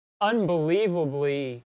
unbelievably